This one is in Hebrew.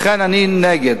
לכן אני נגד,